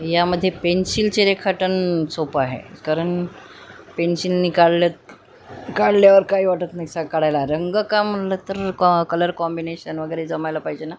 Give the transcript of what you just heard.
यामध्ये पेन्सिलचे रेखाटन सोपं आहे कारण पेन्सिलनी काढल्या काढल्यावर काही वाटत नाही स काढायला रंग काम म्हटलं तर का कलर कॉम्बिनेशन वगैरे जमायला पाहिजे ना